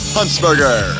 Huntsberger